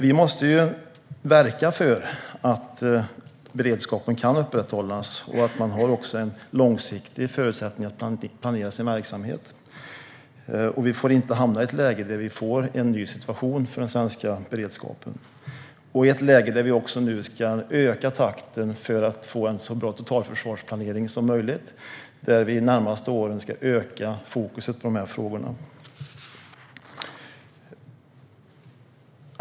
Vi måste verka för att beredskapen kan upprätthållas och att man har en långsiktig förutsättning att planera sin verksamhet. Vi får inte hamna i ett läge där vi får en ny situation för den svenska beredskapen, där vi nu ska öka takten för att få en så bra totalförsvarsplanering som möjligt och öka fokuset på dessa frågor de närmaste åren.